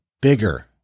bigger